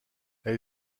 elle